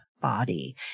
body